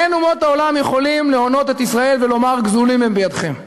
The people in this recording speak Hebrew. אין אומות העולם יכולים להונות את ישראל ולומר: גזולים הם בידכם: